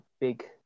big